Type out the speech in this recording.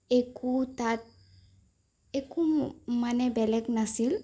একো তাত একো মানে বেলেগ নাছিল